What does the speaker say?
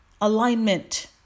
Alignment